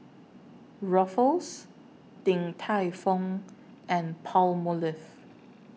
Ruffles Din Tai Fung and Palmolive